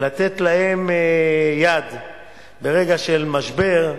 לתת להם יד ברגע של משבר,